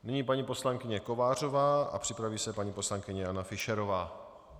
Nyní paní poslankyně Kovářová a připraví se paní poslankyně Jana Fischerová.